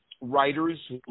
writers